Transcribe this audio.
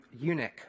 eunuch